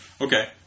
Okay